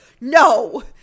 no